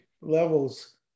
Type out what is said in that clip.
levels